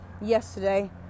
yesterday